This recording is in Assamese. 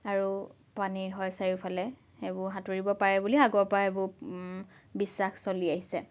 আৰু পানী হয় চাৰিওফালে সেইবোৰ সাঁতুৰিব পাৰে বুলি আগৰ পৰাই এইবোৰ বিশ্বাস চলি আহিছে